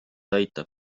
aitab